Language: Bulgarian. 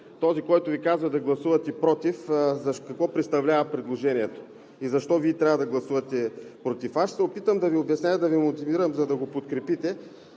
този, който Ви казва да гласувате „против“, какво представлява предложението и защо Вие трябва да гласувате против? Ще се опитам да Ви обясня и да Ви мотивирам, за да го подкрепите.